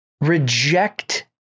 reject